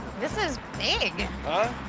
this is big. huh?